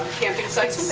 camping sites.